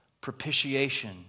propitiation